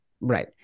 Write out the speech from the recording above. right